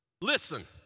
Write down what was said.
Listen